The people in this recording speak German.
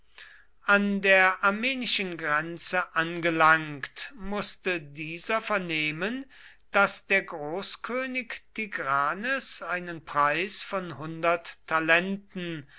an der armenischen grenze angelangt mußte dieser vernehmen daß der großkönig tigranes einen preis von talenten